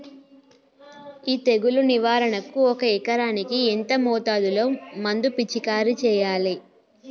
ఈ తెగులు నివారణకు ఒక ఎకరానికి ఎంత మోతాదులో మందు పిచికారీ చెయ్యాలే?